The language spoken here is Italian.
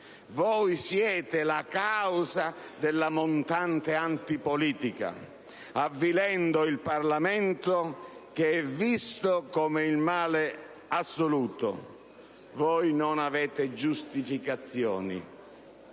Voi siete la causa della montante antipolitica, avvilendo il Parlamento, che è visto come il male assoluto. Voi non avete giustificazioni,